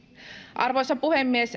arvoisa puhemies